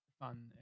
fun